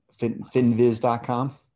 Finviz.com